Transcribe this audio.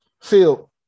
Phil